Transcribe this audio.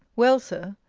well, sir,